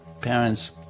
parents